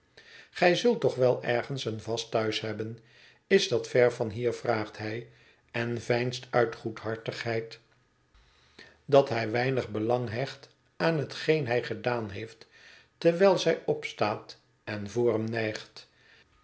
gij zult toch wel ergens een vast thuis hebben is dat ver van hier vraagt hij en veinst uit goedhartigheid dat hij weinig belang hecht aan hetgeen hij gedaan heeft terwijl zij opstaat en voor